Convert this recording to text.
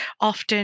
often